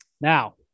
Now